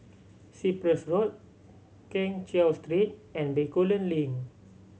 Cyprus Road Keng Cheow Street and Bencoolen Link